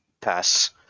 pass